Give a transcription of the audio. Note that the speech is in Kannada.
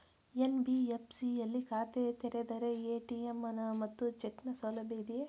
ಎನ್.ಬಿ.ಎಫ್.ಸಿ ಯಲ್ಲಿ ಖಾತೆ ತೆರೆದರೆ ಎ.ಟಿ.ಎಂ ಮತ್ತು ಚೆಕ್ ನ ಸೌಲಭ್ಯ ಇದೆಯಾ?